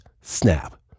snap